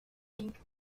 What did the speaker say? pink